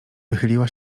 wychyliła